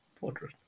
portrait